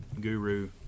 guru